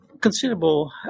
considerable